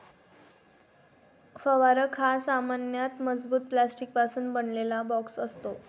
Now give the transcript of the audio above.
फवारक हा सामान्यतः मजबूत प्लास्टिकपासून बनवलेला बॉक्स असतो